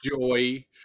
Joy